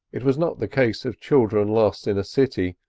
it was not the case of children lost in a city,